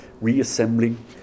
reassembling